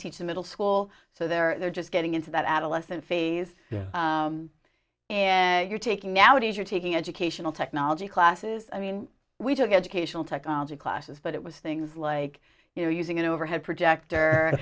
teach in middle school so they're just getting into that adolescent phase and you're taking now it is you're taking educational technology classes i mean we took educational technology classes but it was things like you know using an overhead projector